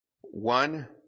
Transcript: one